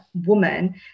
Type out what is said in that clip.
woman